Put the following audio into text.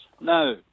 No